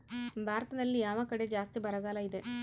ಭಾರತದಲ್ಲಿ ಯಾವ ಕಡೆ ಜಾಸ್ತಿ ಬರಗಾಲ ಇದೆ?